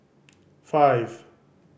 five